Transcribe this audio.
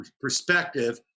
perspective